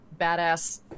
badass